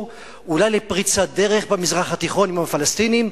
אולי לפריצת דרך במזרח התיכון עם הפלסטינים.